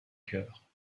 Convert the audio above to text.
cœur